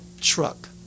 truck